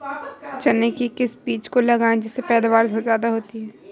चने के किस बीज को लगाएँ जिससे पैदावार ज्यादा हो?